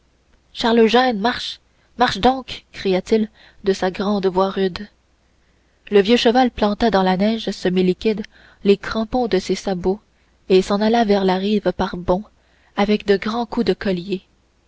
charles eugène marche marche donc cria-t-il de sa grande voix rude le vieux cheval planta dans la neige semi liquide les crampons de ses sabots et s'en alla vers la rive par bonds avec de grands coups de collier